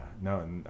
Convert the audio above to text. no